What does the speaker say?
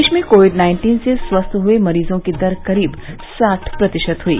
देश में COVID nineteen से स्वस्थ हुए मरीजों की दर करीब साठ प्रतिशत हुई